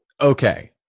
okay